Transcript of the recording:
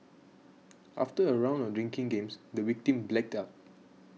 after a round of drinking games the victim blacked out